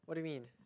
what do you mean